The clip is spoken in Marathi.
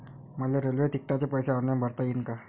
मले रेल्वे तिकिटाचे पैसे ऑनलाईन भरता येईन का?